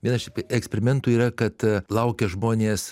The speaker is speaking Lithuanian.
vienas iš eksperimentų yra kad laukia žmonės